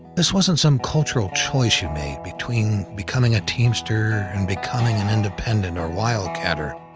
this wasn't some cultural choice you made, between becoming a teamster, and becoming an independent or wildcatter.